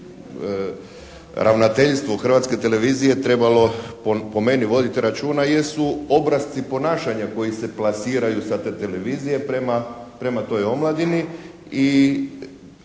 Hrvatske televizije trebalo po meni voditi računa jesu obrasci ponašanja koji se plasiraju sa te televizije prema toj omladini i